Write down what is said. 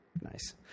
Nice